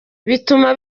bituma